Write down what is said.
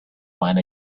find